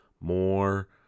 more